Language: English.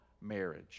marriage